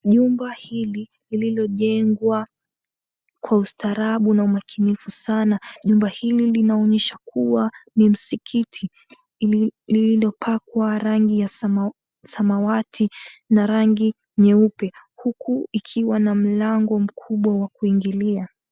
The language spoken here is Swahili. Jumba hili lililojengwa kwa ustaarabu na umakinifu sana. Jumba hili linaonyesha ni msikiti iliyopakwa rangi ya samawati na rangi nyeupe huku ikiwa na mlango mkubwa wa kuingilia.